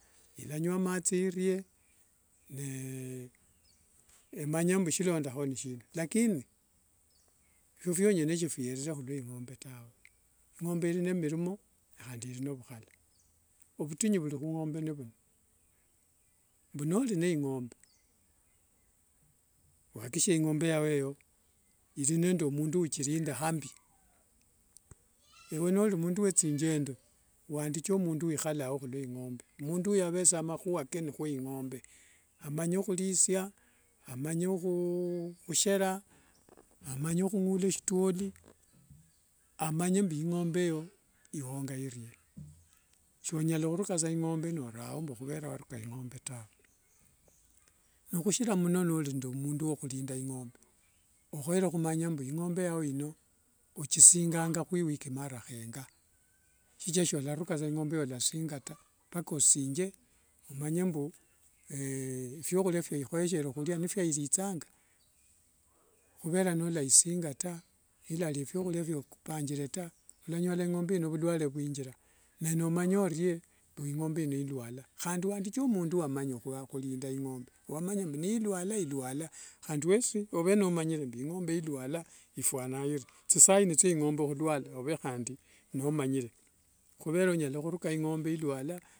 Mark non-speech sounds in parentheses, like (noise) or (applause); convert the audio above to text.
Elanywa matsi iirye (hesitation) nemanya mbu shilondaho neshina lakini evo vyong'one shivierere hulwo ing'ombe tawe, ing'ombe iri ne mirimo nihandi iri novuhala, ovutinyu vuli hung'ombe novuno; ambu noli ne ing'ombe, wakikishie mbu ing'ombe yao eyo iri nende mundu uchirinda ambii,, ewe noli mundu we tsingendo wandiche mundu wihala ao hulwo ing'ombe, mundu oyo ave sa mahuwa kaye ni ke ing'ombe,, amanye hurisya, amanye hushera, amanye hung'ula stwoli, amanye mbu ing'ombe eyo iwonga irye, sonyala huruka ing'ombe norawo mbu huvera waruka ing'ombe tawe, nohushira muno nori nde mundu wo hurinda ing'ombe ohoyere humanya mbu ing'ombe yao ino ochisinganga huwiki mara henga, shichira solaruka sa ing'ombe yolasinga tawe, mpaka osinge omanye mbu vyahurya vye ihoyeshere hurya nivyairichanga, ohuvera nolaisinga ta, nilarya vyahurya vyo opangire ta olanyala ing'ombe ino ovulware vwinjira, naye nomanye orye mbu ing'ombe ino ilawla, handi wandiche mundu wamanya ohurinda ing'ombe, wamanya mbu niilwala ilawla, handi wesi ove nomanyire mbu ing'ombe ilwala ifwananga iri, tsi sign tsye ing'ombe hulwala ove handi nomanyire, huvera onyala huruka ing'ombe ilwala…